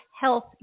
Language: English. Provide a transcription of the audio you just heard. health